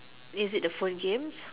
is it the four games